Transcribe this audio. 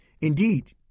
indeed